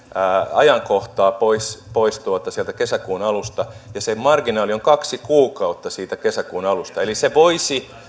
ajankohtaa pois sieltä kesäkuun alusta ja se marginaali on kaksi kuukautta siitä kesäkuun alusta se voisi